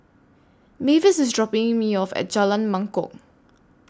Mavis IS dropping Me off At Jalan Mangkok